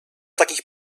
takich